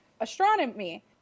astronomy